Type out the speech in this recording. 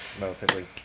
relatively